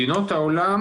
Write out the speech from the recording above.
מדינות העולם